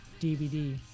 DVD